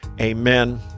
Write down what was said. Amen